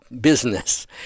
business